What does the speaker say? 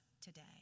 today